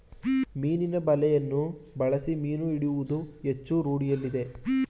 ಮೀನಿನ ಬಲೆಯನ್ನು ಬಳಸಿ ಮೀನು ಹಿಡಿಯುವುದು ಹೆಚ್ಚು ರೂಢಿಯಲ್ಲಿದೆ